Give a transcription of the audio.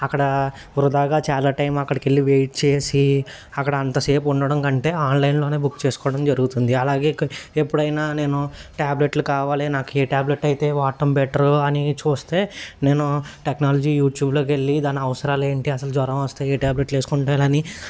అక్కడ వృథాగా చాలా టైం అక్కడికి వెళ్ళి వెయిట్ చేసి అక్కడ అంతసేపు ఉండడం కంటే ఆన్లైన్లోనే బుక్ చేసుకోవడం జరుగుతుంది అలాగే ఎప్పుడైనా నేను ట్యాబ్లెట్లు కావాలి నాకు ఏ ట్యాబ్లెట్ అయితే వాడటం బెటర్ అని చూస్తే నేను టెక్నాలజీ యుట్యూబ్లోకి వెళ్ళి దాని అవసరాలు ఏంటి అసలు జ్వరం వస్తే ఏ ట్యాబ్లెట్లు వేసుకుంటారని